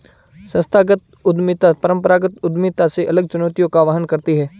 संस्थागत उद्यमिता परंपरागत उद्यमिता से अलग चुनौतियों का वहन करती है